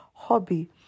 hobby